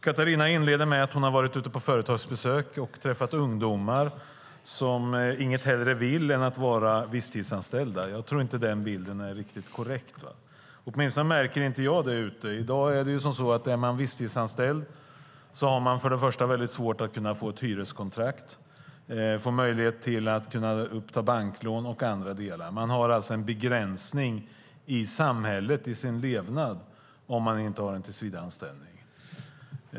Katarina inleder med att säga att hon har varit ute på företagsbesök och träffat ungdomar som inget hellre vill än att vara visstidsanställda. Jag tror inte den bilden är riktigt korrekt. Åtminstone märker inte jag det. Är man visstidsanställd i dag har man svårt att få ett hyreskontrakt eller ta banklån. Man har alltså en begränsning i sin levnad i samhället om man inte har en tillsvidareanställning.